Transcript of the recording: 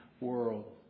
world